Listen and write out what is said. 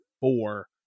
four